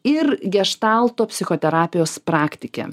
ir geštalto psichoterapijos praktikė